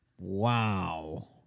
Wow